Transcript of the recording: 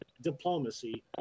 diplomacy